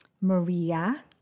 Maria